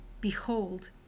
Behold